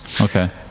Okay